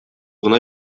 гына